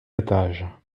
étage